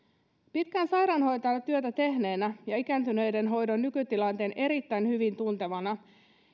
pitkään sairaanhoitajan työtä tehneenä ja ikääntyneiden hoidon nykytilanteen erittäin hyvin tuntevana